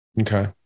Okay